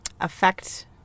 affect